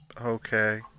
Okay